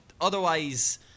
otherwise